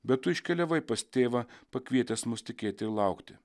bet tu iškeliavai pas tėvą pakvietęs mus tikėti ir laukti